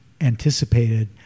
anticipated